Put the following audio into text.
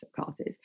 classes